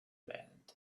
band